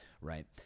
right